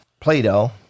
Plato